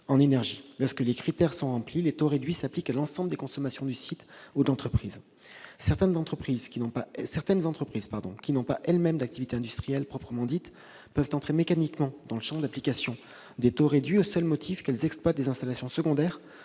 en énergie. Lorsque les critères sont remplis, les taux réduits s'appliquent à l'ensemble des consommations du site ou de l'entreprise. Certaines entreprises, qui n'exercent pas elles-mêmes d'activité industrielle proprement dite, peuvent entrer mécaniquement dans le champ d'application des taux réduits, au seul motif qu'elles exploitent des installations secondaires